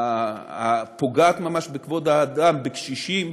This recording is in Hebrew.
הפוגעת ממש בכבוד האדם, בקשישים,